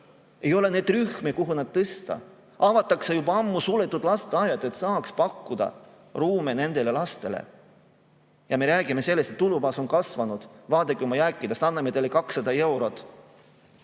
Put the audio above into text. Ei ole rühmi, kuhu neid tõsta. Avatakse juba ammu suletud lasteaiad, et saaks pakkuda ruume nendele lastele. Ja me räägime sellest, et tulubaas on kasvanud, vaadake oma jääkidest, anname teile 200 eurot.